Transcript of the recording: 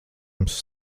jums